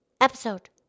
episode